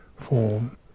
form